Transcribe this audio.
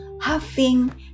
huffing